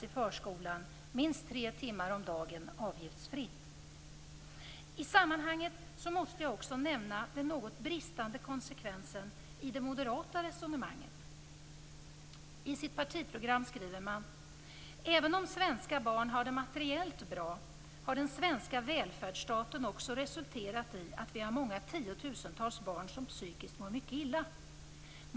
I sammanhanget måste jag också nämna den något bristande konsekvensen i det moderata resonemanget. I sitt partiprogram skriver man: "- även om svenska barn har det materiellt bra har den svenska välfärdsstaten också resulterat i att vi har många tiotusentals barn som psykiskt mår mycket illa.